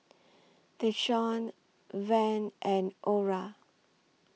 Deshaun Van and Ora